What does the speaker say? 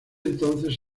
entonces